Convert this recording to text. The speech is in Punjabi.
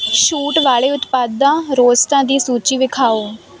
ਛੂਟ ਵਾਲੇ ਉਤਪਾਦਾਂ ਰੋਸਟਾ ਦੀ ਸੂਚੀ ਵਿਖਾਉ